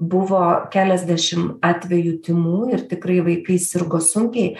buvo keliasdešimt atvejų tymų ir tikrai vaikai sirgo sunkiai